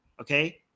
okay